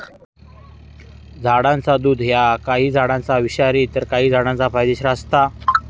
झाडाचा दुध ह्या काही झाडांचा विषारी तर काही झाडांचा फायदेशीर असता